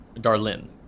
darlin